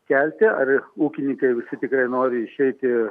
kelti ar ūkininkai visi tikrai nori išeiti